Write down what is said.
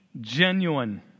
genuine